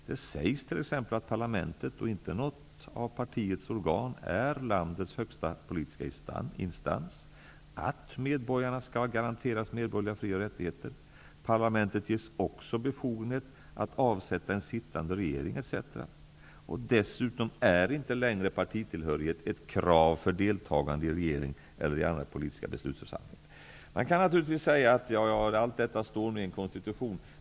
Det sägs t.ex. att parlamentet och inte något av partiets organ är landets högsta politiska instans, att medborgarna skall garanteras medborgerliga fri och rättigheter. Parlamentet ges också befogenhet att avsätta den sittande regeringen, etc. Dessutom är inte längre partitillhörighet ett krav för deltagande i regering eller i andra politiska beslutsförsamlingar. Man kan naturligtvis säga: Ja, ja, allt detta står i en konstitution.